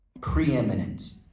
preeminent